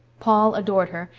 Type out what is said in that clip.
paul adored her,